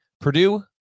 Purdue